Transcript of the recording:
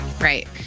Right